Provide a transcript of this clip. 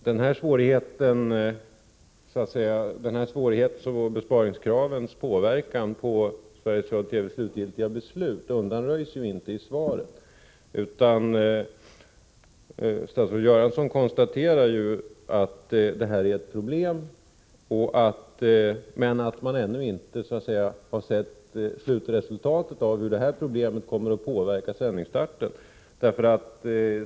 Den svårighet som uppstår genom besparingskravens påverkan på Sveriges Radio TV:s slutgiltiga beslut undanröjs inte i svaret. Statsrådet Göransson konstaterar att detta är ett problem, men att man ännu inte har sett slutresultatet av hur detta problem kommer att påverka sändningsstarten.